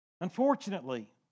Unfortunately